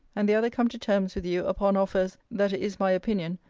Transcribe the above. and the other come to terms with you, upon offers, that it is my opinion,